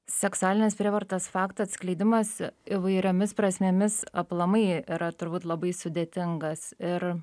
seksualinės prievartos fakto atskleidimas įvairiomis prasmėmis aplamai yra turbūt labai sudėtingas ir